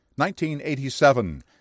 1987